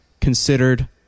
considered